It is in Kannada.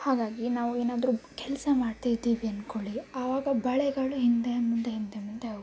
ಹಾಗಾಗಿ ನಾವು ಏನಾದ್ರೂ ಕೆಲಸ ಮಾಡ್ತಾ ಇದ್ದೀವಿ ಅನ್ಕೊಳ್ಳಿ ಆವಾಗ ಬಳೆಗಳು ಹಿಂದೆ ಮುಂದೆ ಹಿಂದೆ ಮುಂದೆ ಹೋಗುತ್ತೆ